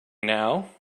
now